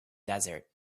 desert